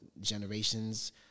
generations